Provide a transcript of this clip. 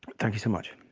thank you so much.